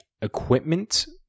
equipment